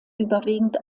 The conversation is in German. überwiegend